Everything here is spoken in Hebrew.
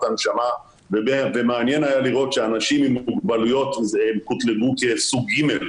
הנשמה ומעניין היה לראות שאנשים עם מוגבלויות קוטלגו כסוג ג',